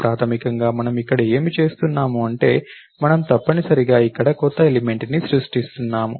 ప్రాథమికంగా మనం ఇక్కడ ఏమి చేస్తున్నాము అంటే మనము తప్పనిసరిగా ఇక్కడ కొత్త ఎలిమెంట్ ని సృష్టిస్తున్నాము